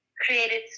created